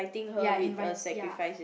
ya invite ya